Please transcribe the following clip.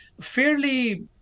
fairly